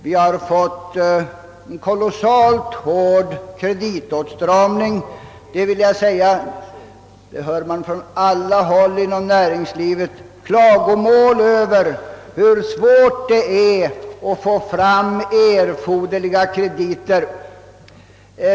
Vi har fått en kolossalt hård kreditåtstramning. Jag vill säga att från alla håll inom näringslivet hör man klagomål över hur svårt det är att få fram erforderliga krediter.